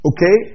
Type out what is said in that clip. Okay